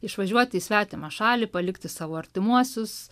išvažiuoti į svetimą šalį palikti savo artimuosius